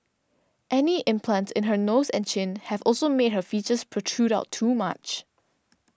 any implants in her nose and chin have also made her features protrude out too much